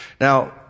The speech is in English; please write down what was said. Now